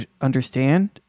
understand